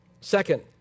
Second